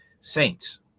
saints